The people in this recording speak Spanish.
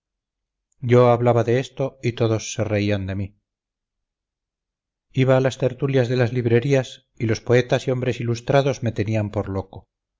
yo hablaba de esto y todos se reían de mí iba a las tertulias de las librerías y los poetas y hombres ilustrados me tenían por loco